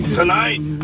tonight